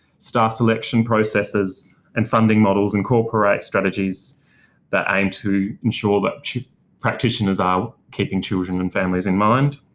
staff selection processes and funding models and cooperate strategies that aim to ensure that practitioners are keeping children and families in mind.